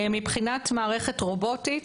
מבחינת מערכת רובוטית